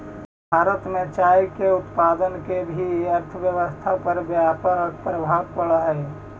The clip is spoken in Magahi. भारत में चाय के उत्पादन के भी अर्थव्यवस्था पर व्यापक प्रभाव पड़ऽ हइ